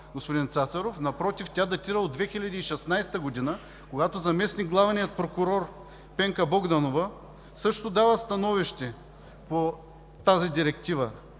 господин Цацаров. Напротив, тя датира от 2016 г., когато заместник-главнен прокурор е Пенка Богданова и също дава становище по тази директива.